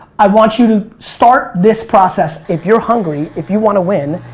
i want you to start this process. if you're hungry, if you wanna win,